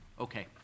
Okay